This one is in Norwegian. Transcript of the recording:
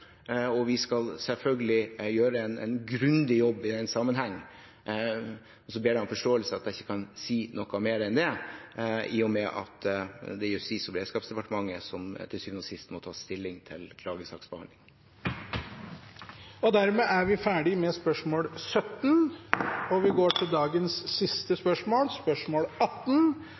og vi skal selvfølgelig gjøre en grundig jobb i den sammenheng. Så ber jeg om forståelse for at jeg ikke kan si noe mer enn det, i og med at det er Justis- og beredskapsdepartementet som til syvende og sist må ta stilling til klagesaksbehandlingen. «Arbeiderpartiet la inn sterke føringer om lokal forankring og prosess i utformingen av de nye politidistriktene. Politiet skulle bli mer tilgjengelig og til